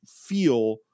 feel